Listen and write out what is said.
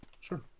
Sure